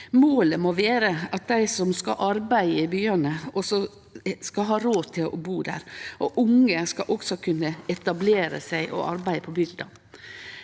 Målet må vere at dei som skal arbeide i byane, også skal ha råd til å bu der. Unge skal også kunne etablere seg og arbeide på bygda.